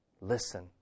Listen